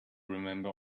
remember